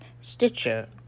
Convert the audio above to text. Stitcher